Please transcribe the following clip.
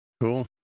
Cool